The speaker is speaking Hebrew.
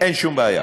אין שום בעיה.